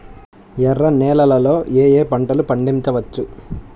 ఎర్ర నేలలలో ఏయే పంటలు పండించవచ్చు?